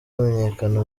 hamenyekana